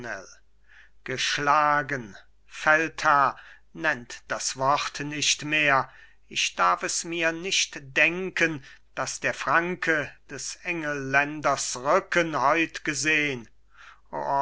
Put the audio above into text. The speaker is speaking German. geschlagen feldherr nennt das wort nicht mehr ich darf es mir nicht denken daß der franke des engelländers rücken heut gesehn